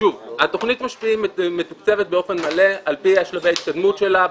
תוכנית משפיעים מתוקצבת באופן מלא על פי שלבי ההתקדמות שלה.